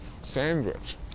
sandwich